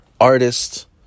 artist